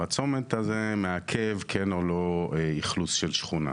והצומת הזה מעכב כן או לא אכלוס של שכונה,